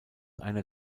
einer